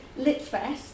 LitFest